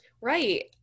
Right